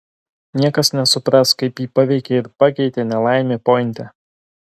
niekas nesupras kaip jį paveikė ir pakeitė nelaimė pointe